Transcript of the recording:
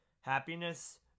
Happiness